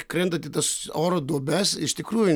krentant į tas oro duobes iš tikrųjų